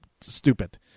stupid